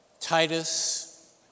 Titus